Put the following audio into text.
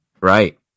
right